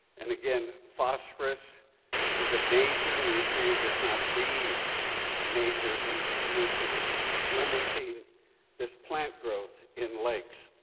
and again, phosphorus is a major nutrient, if not the major and nutrient limiting this plant growth in lakes.